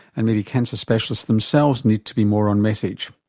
and maybe cancer specialists themselves need to be more on message.